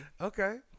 Okay